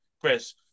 Chris